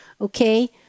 okay